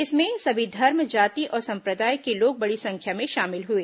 इसमें सभी धर्म जाति और सम्प्रदाय के लोग बड़ी संख्या में शामिल हुए